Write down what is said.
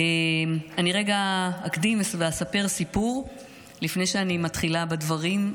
אני רגע אקדים ואספר סיפור לפני שאני מתחילה בדברים,